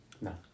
No